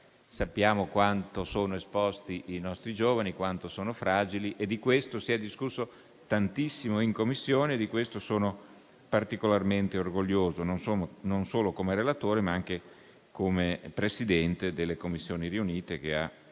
infatti, quanto siano esposti i nostri giovani e quanto siano fragili. Di questo si è discusso tantissimo in Commissione e ne sono particolarmente orgoglioso, non solo come relatore, ma anche come Presidente delle Commissioni riunite, che ha diretto